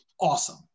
Awesome